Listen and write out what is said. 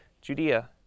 Judea